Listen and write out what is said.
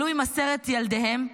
עלו עם עשרת ילדיהם,